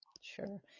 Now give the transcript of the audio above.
Sure